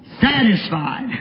satisfied